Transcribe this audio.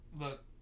Look